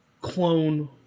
clone